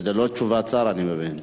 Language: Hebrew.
ללא תשובת שר, אני מבין?